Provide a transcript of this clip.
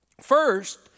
First